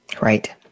Right